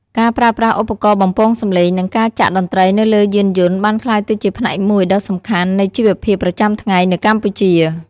ការប្រើប្រាស់ឧបករណ៍បំពងសម្លេង និងការចាក់តន្រ្តីនៅលើយានយន្តបានក្លាយទៅជាផ្នែកមួយដ៏សំខាន់នៃជីវភាពប្រចាំថ្ងៃនៅកម្ពុជា។